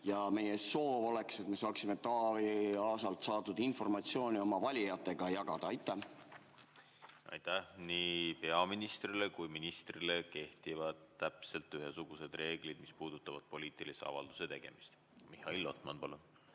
ja meie soov oleks, et saaksime Taavi Aasalt saadud informatsiooni oma valijatega jagada. Aitäh! Nii peaministrile kui ka teistele ministritele kehtivad täpselt ühesugused reeglid, mis puudutavad poliitilise avalduse tegemist. Mihhail Lotman, palun!